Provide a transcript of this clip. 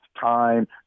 time